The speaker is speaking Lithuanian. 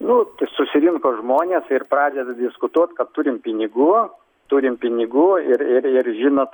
nu tai susirinko žmonės ir pradeda diskutuot kad turim pinigų turim pinigų ir ir ir žinot